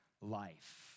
life